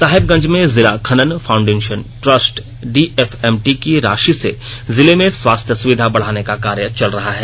साहेबगंज में जिला खनन फाउंडेषन ट्रस्ट डीएमएफटी की राषि से जिले में स्वास्थ्य सुविधा बढाने का कार्य चल रहा है